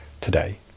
today